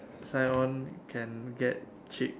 sign on can get chick